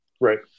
Right